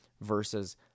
versus